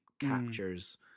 captures